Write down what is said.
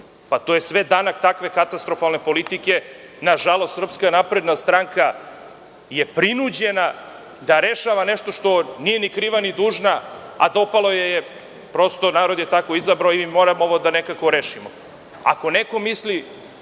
To je sve danak takve katastrofalne politike. Nažalost, SNS je prinuđena da rešava nešto što nije ni kriva ni dužna, a dopalo joj je. Prosto, narod je tako izabrao i moramo ovo nekako da rešimo. Ako neko misli